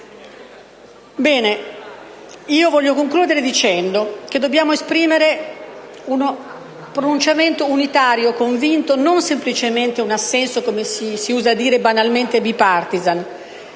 risorse. Voglio concludere dicendo che dobbiamo esprimere un pronunciamento unitario e convinto e non semplicemente un assenso, come si usa dire banalmente, *bipartisan*